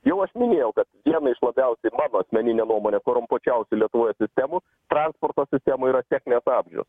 jau aš minėjau kad viena iš labiausiai mano asmenine nuomone korumpuočiausių lietuvoje sistemų transporto sistemoj yra techninės apžiūros